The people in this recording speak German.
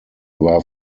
war